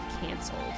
canceled